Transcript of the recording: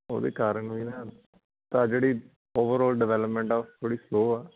ਉਹਦੇ ਕਾਰਨ ਵੀ ਨਾ ਤਾਂ ਜਿਹੜੀ ਓਵਰਆਲ ਡਿਵੈਲਪਮੈਂਟ ਆ ਉਹ ਥੋੜ੍ਹੀ ਸਲੋ ਆ